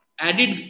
added